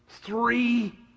Three